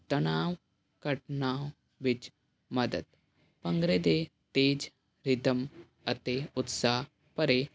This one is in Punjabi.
ਤਣਾਓ ਘਟਨਾ ਵਿੱਚ ਮਦਦ ਭੰਗੜੇ ਦੇ ਤੇਜ਼ ਰਿਦਮ ਅਤੇ ਉਤਸ਼ਾਹ ਭਰੇ